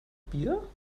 bier